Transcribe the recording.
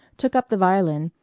took up the violin,